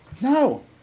No